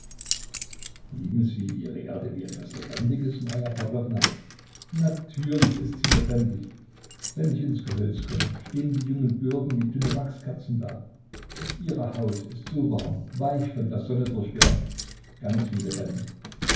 lieben sie ihre erde wie etwas lebendiges marja pawlowna natürlich ist sie lebendig wenn ich ins gehölz komme stehen die jungen birken wie dünne wachskerzen da ihre haut ist so warm weich von der sonne durchwärmt ganz wie lebendig